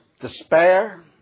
Despair